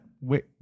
wait